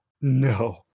no